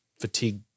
fatigue